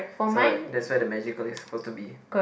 so that's where the magical is supposed to be